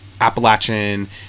appalachian